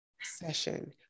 session